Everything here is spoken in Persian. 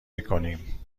میکنیم